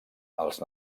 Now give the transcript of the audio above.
els